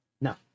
No